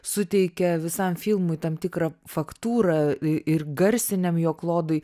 suteikia visam filmui tam tikrą faktūrą ir garsiniam jo klodui